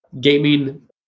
gaming